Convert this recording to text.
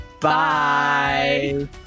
Bye